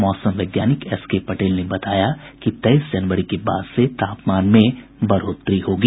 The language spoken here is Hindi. मौसम वैज्ञानिक एस के पटेल ने बताया कि तेईस जनवरी के बाद से तापमान में बढ़ोतरी होगी